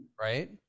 right